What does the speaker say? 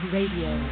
Radio